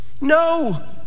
No